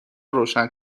روشن